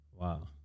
Wow